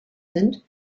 sind